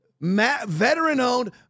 veteran-owned